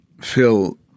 Phil